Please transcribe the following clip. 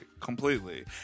Completely